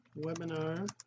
webinar